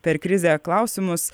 per krizę klausimus